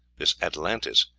this atlantis,